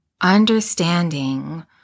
understanding